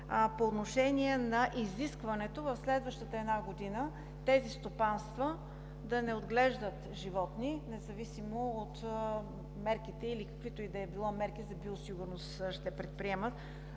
по отношение на изискването в следващата една година тези стопанства да не отглеждат животни, независимо от мерките или каквито и да е било мерки за биосигурност ще предприемат